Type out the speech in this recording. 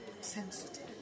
sensitive